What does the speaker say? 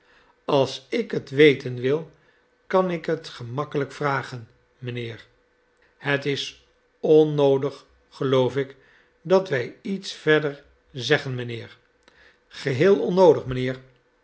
als ik het weten wil kan ik het geroakkelijk vragen mijnheer het is onnoodig geloof ik dat wij iets verder zeggen mijnheer geheel onnoodig mijnheer